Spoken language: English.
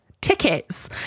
tickets